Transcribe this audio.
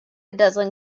dozen